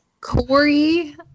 Corey